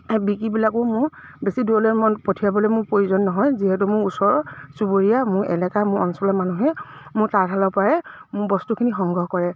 সেই বিকিবিলাকো মোৰ বেছি দূৰলৈ মই পঠিয়াবলৈ মোৰ প্ৰয়োজন নহয় যিহেতু মোৰ ওচৰৰ চুবুৰীয়া মোৰ এলেকা মোৰ অঞ্চলৰ মানুহে মোৰ তাঁতশালৰ পৰাই মোৰ বস্তুখিনি সংগ্ৰহ কৰে